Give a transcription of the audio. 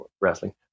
wrestling